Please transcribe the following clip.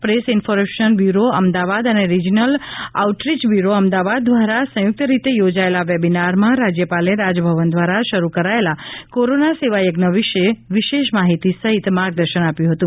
press information bureau Ahmedabad અને regional outreach bureau Ahmedabad દ્વારા સંયુક્ત રીતે યોજેયલા વેબીનારમાં રાજ્યપાલે રાજભવન દ્વારા શરૂ કરાયેલા કોરોના સેવાયજ્ઞ વિશે વિશેષ માહિતી સહિત માર્ગદર્શન આપ્યું હતું